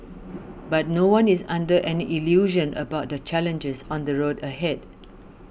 but no one is under any illusion about the challenges on the road ahead